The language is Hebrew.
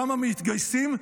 כמה מתגייסים?